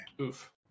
Oof